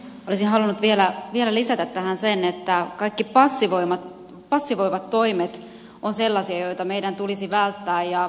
olisin halunnut vielä lisätä tähän sen että kaikki passivoivat toimet ovat sellaisia joita meidän tulisi välttää